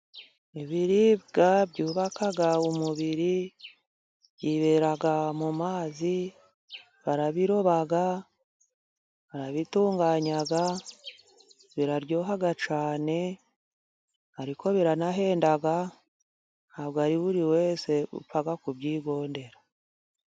Ibiribwa byubaka umubiri byibera mu mazi, barabiroba bitunganya biraryoha cyane, ariko biranahenda ntabwo ari buri wese upfaga kubyigondera.